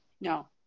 no